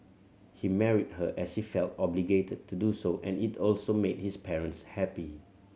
he married her as he felt obligated to do so and it also made his parents happy